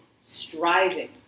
striving